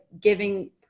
giving